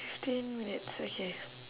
fifteen minutes okay